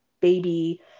baby